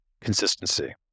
consistency